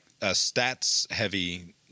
stats-heavy